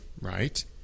right